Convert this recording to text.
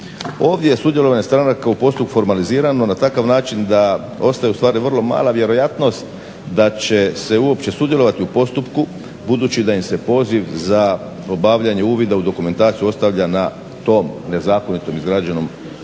Ovdje je sudjelovanje stranaka u postupku formalizirano na takav način da ostaje u stvari vrlo mala vjerojatnost da će se uopće sudjelovati u postupku budući da im se poziv za obavljanje uvida u dokumentaciju ostavlja na tom nezakonitom izgrađenom objektu